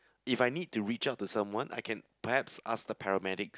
if I need to reach out to someone I can perhaps ask the paramedics